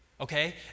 okay